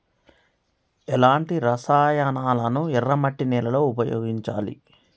ఎలాంటి రసాయనాలను ఎర్ర మట్టి నేల లో ఉపయోగించాలి?